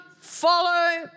follow